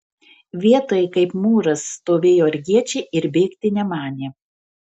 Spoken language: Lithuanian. vietoj kaip mūras stovėjo argiečiai ir bėgti nemanė